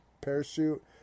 parachute